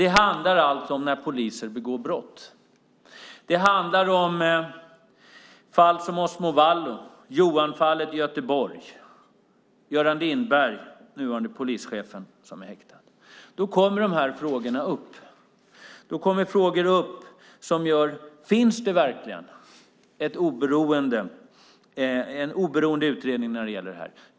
Det handlar alltså om när poliser begår brott. Det handlar om fall som Osmo Vallo, Johanfallet i Göteborg och nuvarande polischefen Göran Lindberg, som är häktad. Då kommer dessa frågor upp, frågor som: Finns det verkligen en oberoende utredning när det gäller detta?